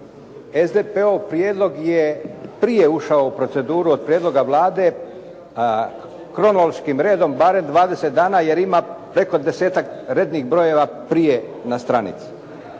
SDP-ov prijedlog je prije ušao u proceduru od prijedloga Vlade a kronološkim redom barem dvadeset dana jer ima preko desetak rednih brojeva prije na stranici,